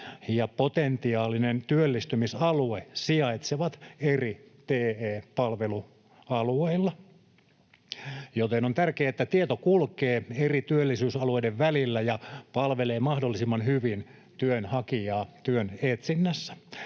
ja potentiaalinen työllistymisalue sijaitsevat eri TE-palvelualueilla. Joten on tärkeää, että tieto kulkee eri työllisyysalueiden välillä ja palvelee mahdollisimman hyvin työnhakijaa